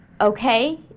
okay